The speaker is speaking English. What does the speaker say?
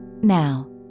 Now